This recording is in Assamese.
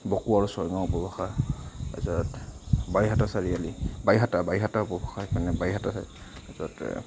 বকো আৰু ছয়গাঁও উপভাষা তাৰপিছত বাইহাটা চাৰিআলি বাইহাটা বাইহাটা উপভাষা মানে বাইহাটা চাৰিআলিৰ তাৰপিছতে